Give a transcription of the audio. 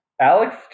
Alex